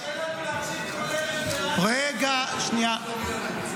קשה לנו להקשיב בכל ערב לרדיו קול חי.